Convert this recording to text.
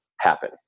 happen